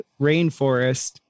rainforest